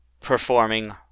performing